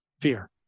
fear